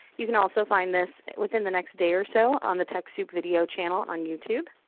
you can also find this within the next day or so on the techsoup video channel on youtube.